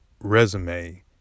resume